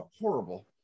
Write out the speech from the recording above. horrible